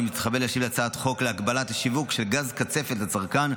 אני מתכבד להשיב להצעת חוק להגבלת השיווק של גז קצפת לצרכן,